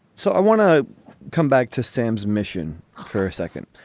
so i want to come back to sam's mission for a second.